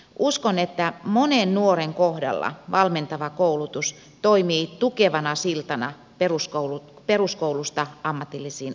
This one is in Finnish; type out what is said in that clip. uskon että monen nuoren kohdalla valmentava koulutus toimii tukevana siltana peruskoulusta ammatillisiin opintoihin